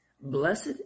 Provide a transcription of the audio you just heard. Blessed